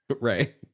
Right